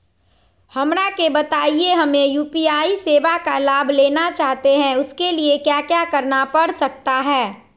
हमरा के बताइए हमें यू.पी.आई सेवा का लाभ लेना चाहते हैं उसके लिए क्या क्या करना पड़ सकता है?